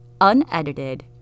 unedited